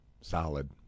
Solid